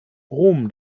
brom